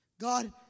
God